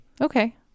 okay